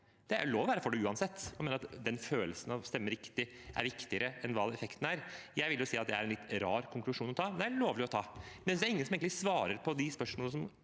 Det er lov til å være for det uansett, om følelsen av å stemme riktig er viktigere enn hva effekten er. Jeg vil si at det er en litt rar konklusjon å ta, men den er lovlig å ta. Likevel er det ingen som egentlig svarer på de spørsmålene som